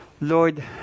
Lord